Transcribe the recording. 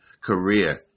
career